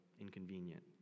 inconvenient